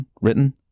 written